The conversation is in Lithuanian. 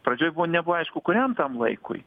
pradžioj buvo nebuvo aišku kuriam tam laikui